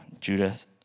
Judas